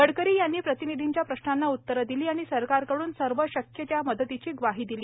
गडकरी यांनी प्रतिनिधींच्या प्रश्नांना उत्तरे दिली आणि सरकारकडून सर्व शक्य त्या मदतीची ग्वाही दिली